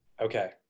Okay